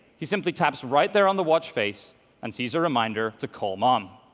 he simply taps right there on the watch face and sees a reminder to call mom.